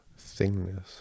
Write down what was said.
thingness